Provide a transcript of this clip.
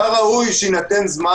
היה ראוי שיינתן זמן.